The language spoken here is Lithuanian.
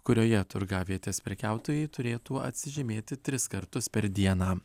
kurioje turgavietės prekiautojai turėtų atsižymėti tris kartus per dieną